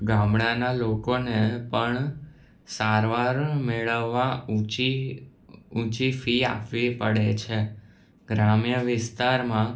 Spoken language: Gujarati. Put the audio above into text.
ગામડાના લોકોને પણ સારવાર મેળવવા ઊચી ઊંચી ફી આપવી પડે છે ગ્રામ્ય વિસ્તારમાં